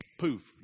poof